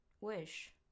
Wish